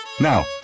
Now